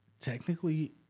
technically